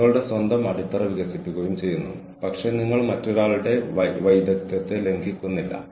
ഇത് നിങ്ങളുടെ സ്ക്രീനിൽ വരാൻ സാധ്യതയുണ്ടോ എന്ന് എനിക്കറിയില്ല